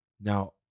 Now